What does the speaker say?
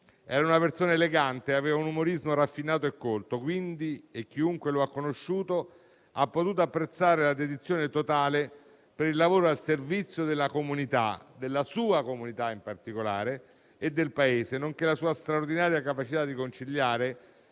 Era una persona elegante, aveva un umorismo raffinato e colto e chiunque lo ha conosciuto ha potuto apprezzare la dedizione totale per il lavoro al servizio della comunità, della sua comunità in particolare, e del Paese, nonché la sua straordinaria capacità di conciliare